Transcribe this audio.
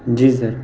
جی سر